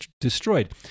destroyed